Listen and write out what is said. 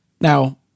Now